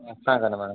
सांगा ना मॅळम